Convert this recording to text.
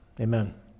Amen